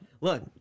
Look